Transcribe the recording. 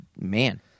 man